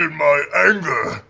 and my anger.